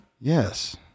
Yes